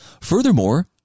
Furthermore